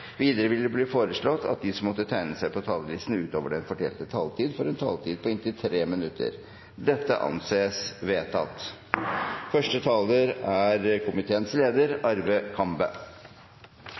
Videre blir det foreslått at de som måtte tegne seg på talerlisten utover den fordelte taletid, får en taletid på inntil 3 minutter. – Dette anses vedtatt. Det er